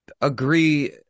agree